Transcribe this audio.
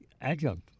adjunct